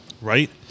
Right